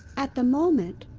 at the moment,